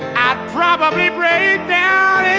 probably break down